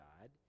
God